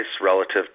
relative